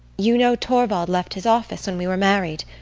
you know torvald left his office when we were married?